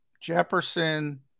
Jefferson